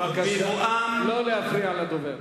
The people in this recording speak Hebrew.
לא להפריע לדובר.